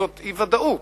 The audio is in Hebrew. זה אי-ודאות.